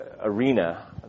arena